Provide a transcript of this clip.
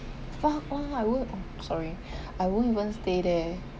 !wah! !wah! I would oh sorry I won't even stay there